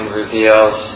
reveals